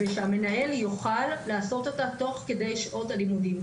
ושמנהל יוכל לעשות אותה תוך כדי שעות הלימודים.